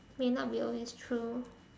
may not be always true